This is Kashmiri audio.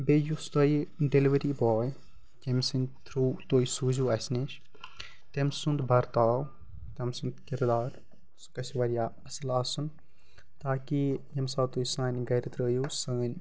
بیٚیہِ یُس تۄہہِ ڈیٚلِؤری باے ییٚمہِ سٕنٛدۍ تھرو تُہۍ سوٗزیٚو اسہِ نِش تٔمۍ سُنٛد برتاو تٔمۍ سُنٛد کِردار سُہ گژھِ واریاہ اصٕل آسُن تاکہِ ییٚمہِ ساتہٕ تُہۍ سانہِ گَرِ ترٲیِو سٲنۍ